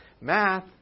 Math